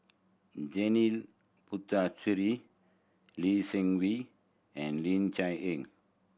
Janil Puthucheary Lee Seng Wee and Ling Cher Eng